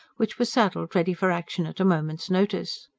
which were saddled ready for action at a moment's notice.